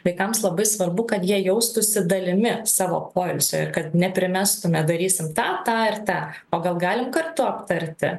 vaikams labai svarbu kad jie jaustųsi dalimi savo poilsio ir kad neprimestumėm darysim tą tą ir tą o gal galim kartu aptarti